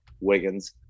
Wiggins